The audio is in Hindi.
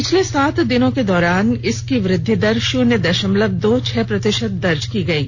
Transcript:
पिछले सात दिनों के दौरान इसकी वृद्धि दर शून्य दशमलव दो छह प्रतिशत दर्ज की गयी